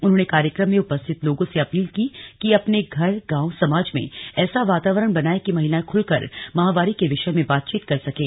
उन्होंने कार्यक्रम में उपस्थित लोगों से अपील की कि अपने घर गांव समाज में ऐसा वातावरण बनाएं कि महिलाएं खुलकर माहवारी के विषय में बातचीत कर सकें